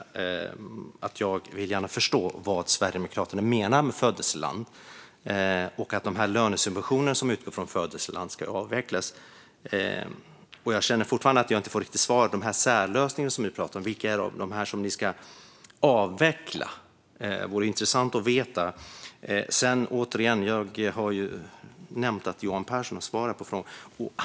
Jag vill gärna förstå vad Sverigedemokraterna menar med födelseland och att lönesubventionerna som utgår från födelseland ska avvecklas. Jag känner fortfarande att jag inte riktigt får svar om särlösningarna som ni pratar om, Magnus Persson. Vilka av dem är det ni ska avveckla? Det vore intressant att veta. Sedan har jag ju nämnt att Johan Pehrson har svarat på frågan.